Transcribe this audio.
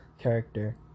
character